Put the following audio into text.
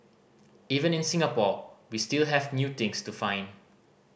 even in Singapore we still have new things to find